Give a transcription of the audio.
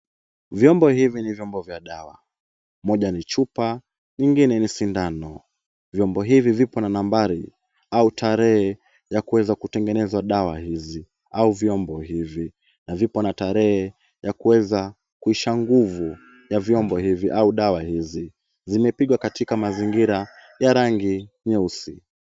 Vyombo hivi ni vyombo vya dawa. Moja ni chupa nyingine ni sindano. Vyombo hivi vipo na nambari au tarehe ya kuweza kutengeneza dawa hizi au vyombo hivi na vipo na tarehe ya kuweza kuisha nguvu ya vyombo hivi au dawa hizi. Zimepigwa katika mazingira ya rangi nyeusi.